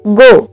go